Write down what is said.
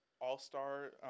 All-Star